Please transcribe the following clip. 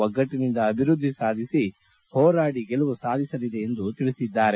ಒಗ್ಗಟ್ಟನಿಂದ ಅಭಿವೃದ್ಧಿ ಸಾಧಿಸಿ ಹೋರಾಡಿ ಗೆಲುವು ಸಾಧಿಸಲಿದೆ ಎಂದು ತಿಳಿಸಿದರು